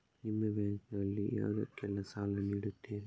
ನಿಮ್ಮ ಬ್ಯಾಂಕ್ ನಲ್ಲಿ ಯಾವುದೇಲ್ಲಕ್ಕೆ ಸಾಲ ನೀಡುತ್ತಿರಿ?